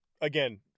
again